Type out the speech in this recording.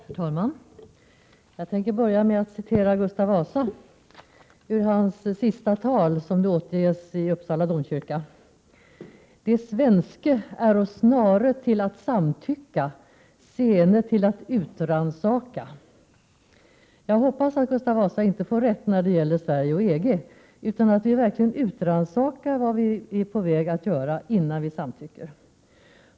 Herr talman! Jag skall börja med att citera Gustav Vasa i hans sista tal, som det återges i Uppsala domkyrka: ”De svenske äro snare till att samtycka, sene till att utrannsaka.” Jag hoppas att Gustav Vasa inte får rätt när det gäller Sverige och EG utan att vi verkligen utrannsakar vad vi är på väg att göra innan vi samtycker.